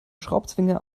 schraubzwinge